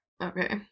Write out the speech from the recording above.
Okay